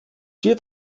wird